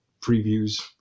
previews